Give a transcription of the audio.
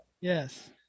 Yes